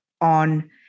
on